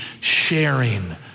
sharing